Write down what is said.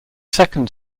second